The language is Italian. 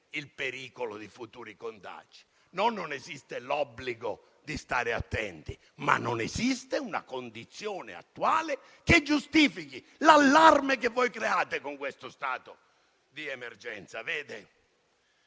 il pericolo di futuri contagi o l'obbligo di stare attenti, ma non esiste una condizione attuale che giustifichi l'allarme che voi create con questo stato di emergenza.